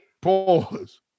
Pause